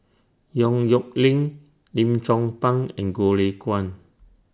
Yong Nyuk Lin Lim Chong Pang and Goh Lay Kuan